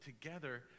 together